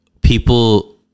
people